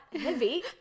heavy